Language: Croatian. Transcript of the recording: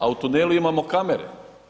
A u tunelu imamo kamere.